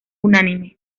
unánime